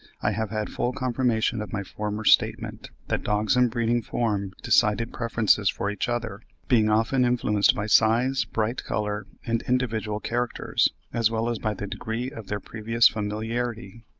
i have had full confirmation of my former statement, that dogs in breeding form decided preferences for each other, being often influenced by size, bright colour, and individual characters, as well as by the degree of their previous familiarity.